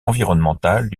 environnementales